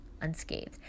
Unscathed